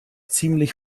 ziemlich